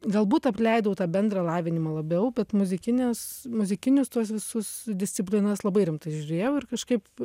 galbūt apleidau tą bendrą lavinimą labiau bet muzikinis muzikinius tuos visus disciplinas labai rimtai žiūrėjau ir kažkaip